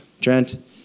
Trent